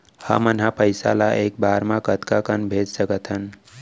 हमन ह पइसा ला एक बार मा कतका कन भेज सकथन?